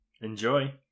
Enjoy